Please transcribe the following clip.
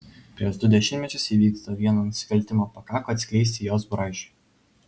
prieš du dešimtmečius įvykdyto vieno nusikaltimo pakako atskleisti jos braižui